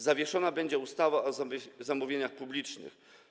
Zawieszona będzie ustawa o zamówieniach publicznych.